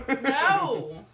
No